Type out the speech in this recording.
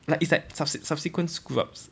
like it's like subse~ subsequent screw-ups